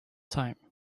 time